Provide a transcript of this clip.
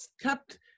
kept